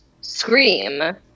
scream